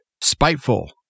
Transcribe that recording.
spiteful